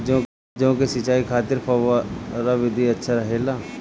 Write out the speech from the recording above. जौ के सिंचाई खातिर फव्वारा विधि अच्छा रहेला?